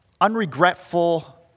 unregretful